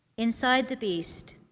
inside the beast.